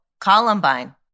Columbine